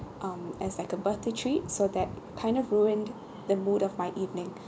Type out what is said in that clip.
um as like a birthday treat so that kind of ruined the mood of my evening